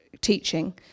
teaching